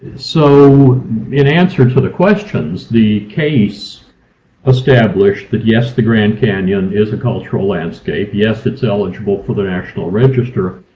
so in answer to the questions, the case established that yes, the grand canyon is a cultural landscape. yes, it's eligible for the national register.